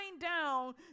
down